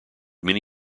many